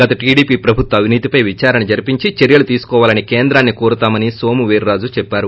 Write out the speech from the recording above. గత టీడీపీ ప్రభుత్వ అవినీతిపై విదారణ జరిపించి చర్యలు తీసుకోవాలని కేంద్రాన్ని కోరతామని నోము వీర్రాజు చెప్పారు